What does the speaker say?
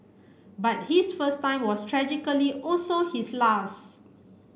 but his first time was tragically also his last